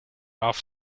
off